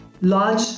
Large